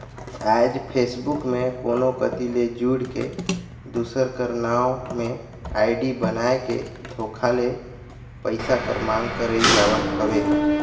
आएज फेसबुक में कोनो कती ले जुइड़ के, दूसर कर नांव में आईडी बनाए के धोखा ले पइसा कर मांग करई जावत हवे